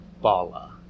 bala